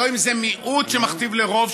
לא אם זה מיעוט שמכתיב לרוב,